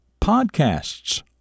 podcasts